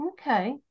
Okay